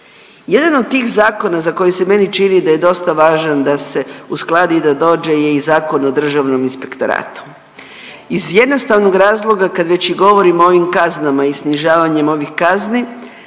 Jedan od tih zakona za koje se meni čini da je dosta važan da se uskladi i da dođe je i Zakon o državnom inspektoratu iz jednostavnog razloga kad već i govorimo o ovim kaznama i snižavanju ovih kazni